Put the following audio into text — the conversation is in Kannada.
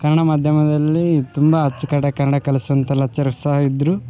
ಕನ್ನಡ ಮಾಧ್ಯಮದಲ್ಲಿ ತುಂಬ ಅಚ್ಚುಕಟ್ಟಾಗಿ ಕನ್ನಡ ಕಲ್ಸುವಂಥ ಲೆಚ್ಚರರ್ ಸಹ ಇದ್ರು